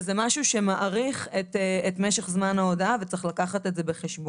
וזה משהו שמאריך את משך זמן ההודעה וצריך לקחת את זה בחשבון.